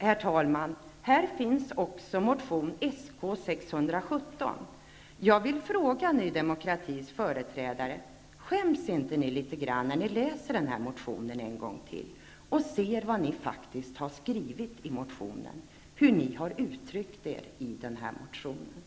Här finner vi också motion Sk617. Jag riktar mig till Ny demokratis företrädare. Om ni än en gång läser den här motionen och ser hur ni har uttryckt er och vad ni faktiskt har skrivit, skäms ni inte litet grand då?